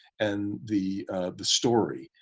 and the the story,